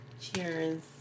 Cheers